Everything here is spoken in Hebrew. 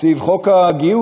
סביב חוק הגיוס,